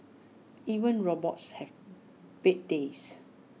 even robots have bad days